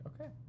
okay